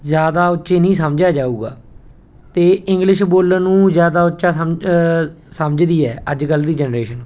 ਜ਼ਿਆਦਾ ਉੱਚੇ ਨਹੀਂ ਸਮਝਿਆ ਜਾਵੇਗਾ ਅਤੇ ਇੰਗਲਿਸ਼ ਬੋਲਣ ਨੂੰ ਜ਼ਿਆਦਾ ਉੱਚਾ ਸਮ ਸਮਝਦੀ ਹੈ ਅੱਜ ਕੱਲ੍ਹ ਦੀ ਜਨਰੇਸ਼ਨ